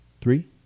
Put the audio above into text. three